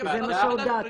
זה מה שהודעת.